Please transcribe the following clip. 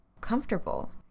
comfortable